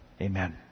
Amen